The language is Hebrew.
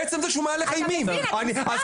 עצם זה שהוא מהלך אימים --- אתה מבין את המספר?